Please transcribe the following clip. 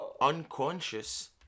unconscious